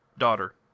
daughter